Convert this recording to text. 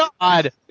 God